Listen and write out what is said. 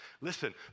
Listen